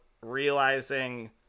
realizing